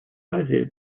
азии